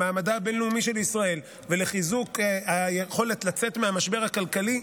למעמדה הבין-לאומי של ישראל ולחיזוק היכולת לצאת מהמשבר הכלכלי,